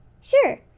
Sure